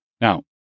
Now